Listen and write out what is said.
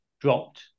dropped